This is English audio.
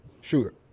Sure